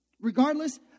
Regardless